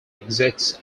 exists